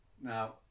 Now